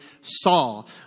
Saul